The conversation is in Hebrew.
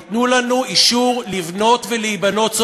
תיתנו לנו אישור לבנות ולהיבנות.